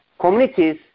communities